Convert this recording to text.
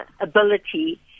ability